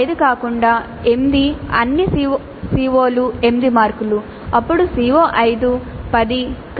CO5 కాకుండా 8 అన్ని CO లు 8 మార్కులు అప్పుడు CO5 10